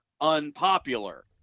unpopular